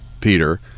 Peter